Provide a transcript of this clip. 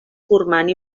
formant